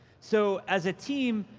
so, as a team,